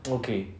okay